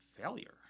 failure